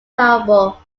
variable